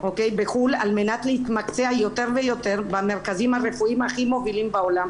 בחו"ל על מנת להתמקצע יותר ויותר במרכזים הרפואיים הכי מובילים בעולם,